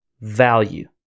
Value